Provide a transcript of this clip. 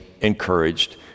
encouraged